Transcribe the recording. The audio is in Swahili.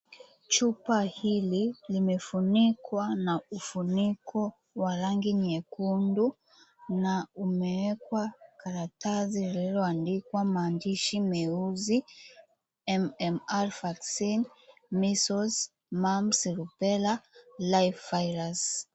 Chupa hili limefunikwa na ufuniko wa rangi nyekundu na umewekwa karatasi lililoandikwa maandishi meusi, "MMR vaccine, Measles, Mumps, Rubella, live virus".